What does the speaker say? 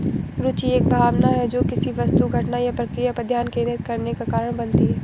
रूचि एक भावना है जो किसी वस्तु घटना या प्रक्रिया पर ध्यान केंद्रित करने का कारण बनती है